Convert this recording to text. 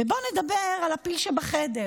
בואו נדבר על הפיל שבחדר,